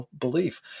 belief